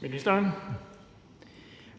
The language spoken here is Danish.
Kollerup):